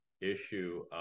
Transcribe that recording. issue